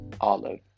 Olive